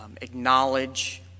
acknowledge